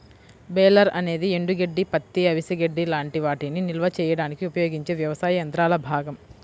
baler అనేది ఎండుగడ్డి, పత్తి, అవిసె గడ్డి లాంటి వాటిని నిల్వ చేయడానికి ఉపయోగించే వ్యవసాయ యంత్రాల భాగం